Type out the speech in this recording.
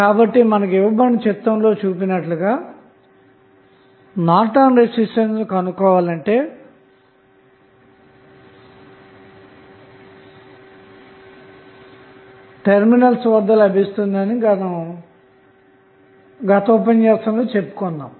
కాబట్టి ఇవ్వబడిన చిత్రంలో చూపినట్లుగా మనకు నార్టన్ రెసిస్టెన్స్ అన్నది టెర్మినల్స్ వద్ద లభిస్తుంది అని గత ఉపన్యాసం లో తెలుసుకున్నాము